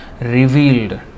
revealed